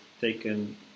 taken